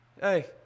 Hey